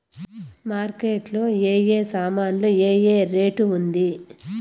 Market లో ఏ ఏ సామాన్లు ఏ ఏ రేటు ఉంది?